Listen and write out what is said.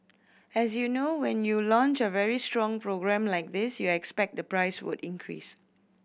as you know when you launch a very strong program like this you expect the price could increase